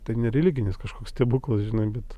tai ne religinis kažkoks stebuklas žinai bet